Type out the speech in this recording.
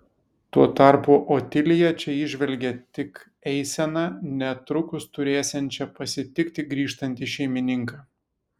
tuo tarpu otilija čia įžvelgė tik eiseną netrukus turėsiančią pasitikti grįžtantį šeimininką